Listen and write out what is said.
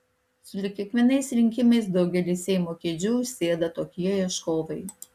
sulig kiekvienais rinkimais daugelį seimo kėdžių užsėda tokie ieškovai